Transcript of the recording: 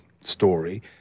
story